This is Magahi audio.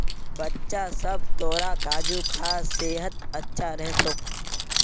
बच्चा सब, तोरा काजू खा सेहत अच्छा रह तोक